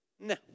No